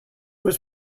was